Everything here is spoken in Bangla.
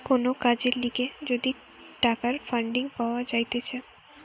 কোন কাজের লিগে যদি টাকার ফান্ডিং পাওয়া যাইতেছে